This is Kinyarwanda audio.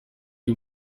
y’u